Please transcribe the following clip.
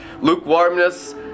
lukewarmness